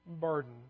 burden